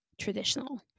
Traditional